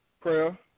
prayer